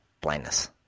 blindness